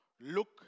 look